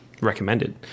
recommended